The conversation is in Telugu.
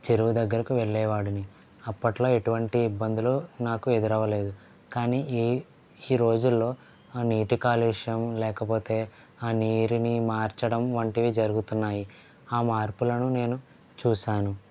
చెరువు దగ్గరకి వెళ్ళేవాడిని అప్పట్లో ఎటువంటి ఇబ్బందులు నాకు ఎదురు అవ్వలేదు కానీ ఈ ఈ రోజులలో నీటి కాలుష్యం లేకపోతే నీరుని మార్చడం వంటివి జరుగుతున్నాయి ఆ మార్పులను నేను చూశాను